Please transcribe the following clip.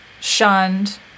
shunned